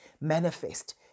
manifest